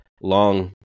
long